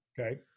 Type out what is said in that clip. okay